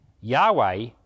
yahweh